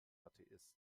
atheist